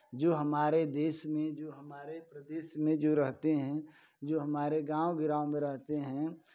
जो हमारे देश में जो हमारे प्रदेश में जो रहते हैं जो हमारे गाँव ग्राम में रहते हैं